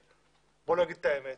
בוא נגיד את האמת,